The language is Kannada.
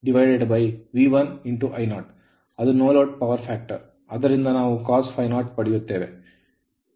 ಅದು ನೋಲೋಡ್ ಪವರ್ ಫ್ಯಾಕ್ಟರ್ ಆದ್ದರಿಂದ ನಾವು cos ∅0 ಪಡೆಯುತ್ತೇವೆ